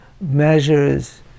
measures